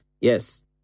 yes